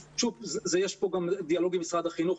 יש פה גם דיאלוג עם משרד החינוך,